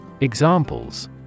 Examples